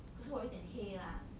可是我一点黑 lah